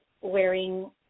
wearing